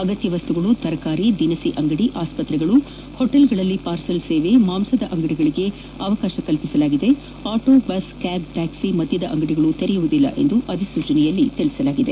ಅಗತ್ಯವಸ್ತುಗಳು ತರಕಾರಿ ದಿನಸಿ ಅಂಗಡಿ ಆಸ್ಪತ್ರೆಗಳು ಹೋಟೆಲ್ಗಳಲ್ಲಿ ಪಾರ್ಸೆಲ್ ಸೇವೆ ಮಾಂಸದ ಅಂಗಡಿಗಳಿಗೆ ಅವಕಾಶ ಕಲ್ಪಿಸಲಾಗಿದೆ ಅಟೋ ಬಸ್ ಕ್ಯಾಬ್ ಟ್ಯಾಕ್ಸಿ ಮದ್ದದ ಅಂಗಡಿಗಳು ಇರುವುದಿಲ್ಲ ಎಂದು ಅಧಿಸೂಚನೆಯಲ್ಲಿ ತಿಳಿಸಲಾಗಿದೆ